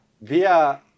Via